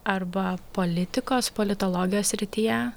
arba politikos politologijos srityje